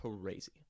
crazy